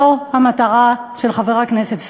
זו המטרה של חבר הכנסת פייגלין.